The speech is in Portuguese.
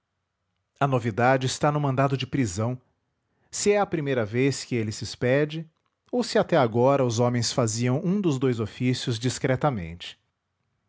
a novidade está no mandado de prisão se é a primeira vez que ele se expede ou se até agora os homens faziam um dos dous ofícios discretamente